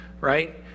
Right